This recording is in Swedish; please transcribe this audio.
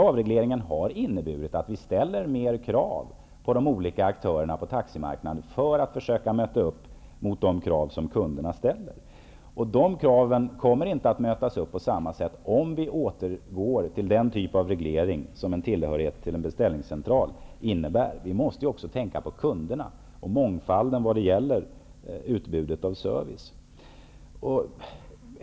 Avregleringen har inneburit att vi ställer fler krav på de olika aktörerna på taximarknaden, för att försöka möta de krav kunderna ställer. De kraven kommer man inte att möta på samma sätt om vi återgår till den typ av reglering som tillhörighet till en beställningscentral innebär. Vi måste också tänka på kunderna och mångfalden när det gäller utbudet av service.